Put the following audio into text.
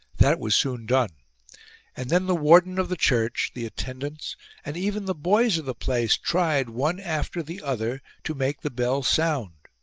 that was soon done and then the warden of the church, the attendants and even the boys of the place tried, one after the other, to make the bell sound.